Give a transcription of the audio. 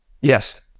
Yes